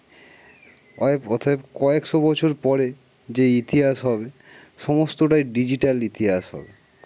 হয় অতএব কয়েকশো বছর পরে যে ইতিহাস হবে সমস্তটাই ডিজিটাল ইতিহাস হবে